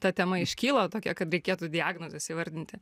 ta tema iškyla tokia kad reikėtų diagnozes įvardinti